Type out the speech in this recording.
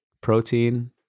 protein